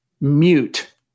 mute